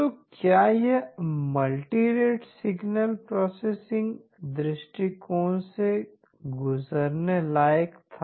तो क्या यह मल्टी रेट सिग्नल प्रोसेसिंग दृष्टिकोण से गुजरने लायक था